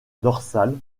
dorsal